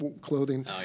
clothing